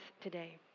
today